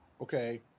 okay